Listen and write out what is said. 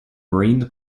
marine